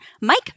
Mike